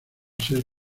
ser